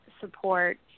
support